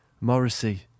Morrissey